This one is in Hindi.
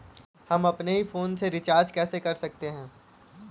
हम अपने ही फोन से रिचार्ज कैसे कर सकते हैं?